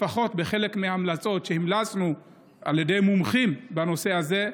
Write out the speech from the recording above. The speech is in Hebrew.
לפחות בחלק מההמלצות שהמלצנו על ידי מומחים בנושא הזה,